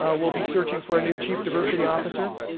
ah we'll be searching for a new chief diversity officer.